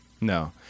No